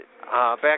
back